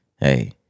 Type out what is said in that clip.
hey